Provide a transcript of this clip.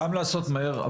גם לעשות מהר,